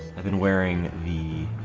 i mean wearing the